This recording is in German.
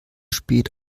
spät